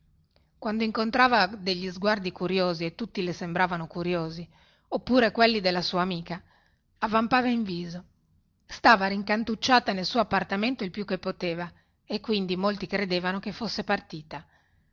quando incontrava degli sguardi curiosi e tutti le sembravano curiosi oppure quelli della sua amica avvampava in viso stava rincantucciata nel suo appartamento il più che poteva e quindi molti credevano che fosse partita